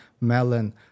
melon